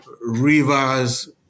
rivers